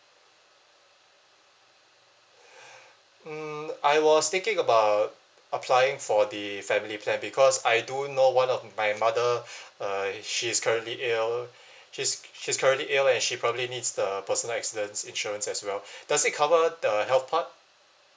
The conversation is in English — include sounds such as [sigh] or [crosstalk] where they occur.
[breath] mm I was thinking about applying for the family plan because I do know one of my mother uh she is currently ill she's she's currently ill and she probably needs the personal accident insurance as well does it cover the health part